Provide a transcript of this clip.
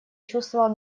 чувствовала